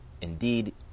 indeed